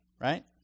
Right